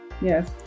Yes